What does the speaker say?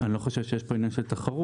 אני לא חושב שיש פה עניין של תחרות.